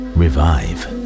revive